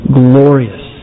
glorious